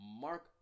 Mark